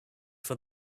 for